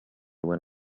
when